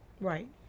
Right